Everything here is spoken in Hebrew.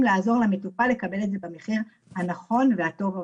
לעזור למטופל לקבל את זה במחיר הנכון והטוב עבורו.